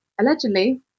allegedly